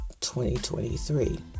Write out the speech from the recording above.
2023